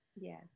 Yes